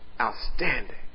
outstanding